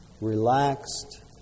relaxed